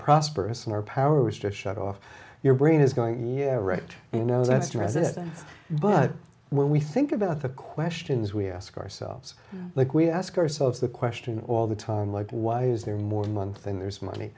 prosperous and our power is just shut off your brain is going yeah right you know that's resident but when we think about the questions we ask ourselves like we ask ourselves the question all the time like why is there more than one thing there's money